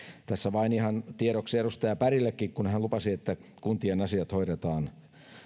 tässä vain ihan tiedoksi edustaja bergillekin kun hän lupasi että kuntien asiat hoidetaan